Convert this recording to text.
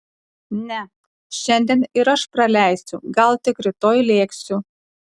ne šiandien ir aš praleisiu gal tik rytoj lėksiu